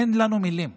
אין לנו מילים,